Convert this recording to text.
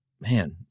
man